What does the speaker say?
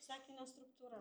sakinio struktūra